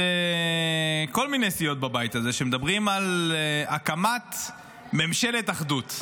כל מיני סיעות בבית הזה שמדברים על הקמת ממשלת אחדות.